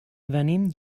venim